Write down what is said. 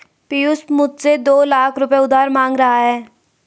पियूष मुझसे दो लाख रुपए उधार मांग रहा है